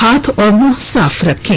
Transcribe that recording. हाथ और मुंह साफ रखें